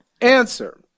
Answer